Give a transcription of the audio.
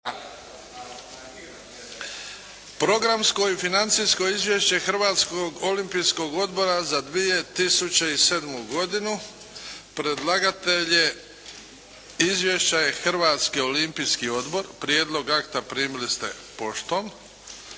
Programsko i financijsko izvješće Hrvatskog olimpijskog odbora za 2007. godinu Predlagatelj izvješća je Hrvatski olimpijski odbor. Prijedlog akta primili ste poštom.